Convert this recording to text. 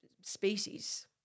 species